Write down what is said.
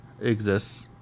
exists